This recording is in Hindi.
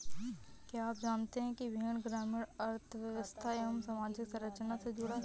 क्या आप जानते है भेड़ ग्रामीण अर्थव्यस्था एवं सामाजिक संरचना से जुड़ा है?